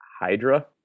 Hydra